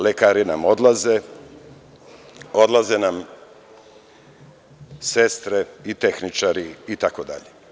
Lekari nam odlaze, sestre nam odlaze, tehničari, itd.